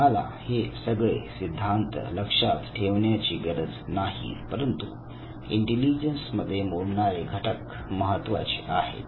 तुम्हाला हे सगळे सिद्धांत लक्षात ठेवण्याची गरज नाही परंतु इंटेलिजन्स मध्ये मोडणारे घटक महत्त्वाचे आहे